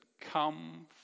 come